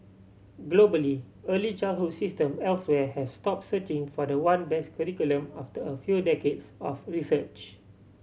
globally early childhood system elsewhere have stop searching for the one best curriculum after a few decades of research